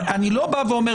אני לא אומר,